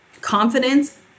confidence